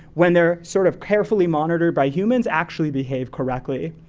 when they're sort of carefully monitored by humans, actually behave correctly.